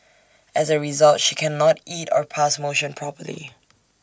as A result she cannot eat or pass motion properly